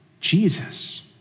Jesus